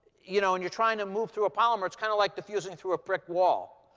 you know, and you're trying to move through a polymer, it's kind of like diffusing through a brick wall.